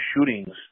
shootings